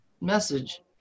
message